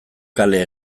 kale